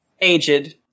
aged